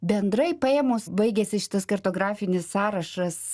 bendrai paėmus baigėsi šitas kartografinis sąrašas